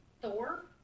Thor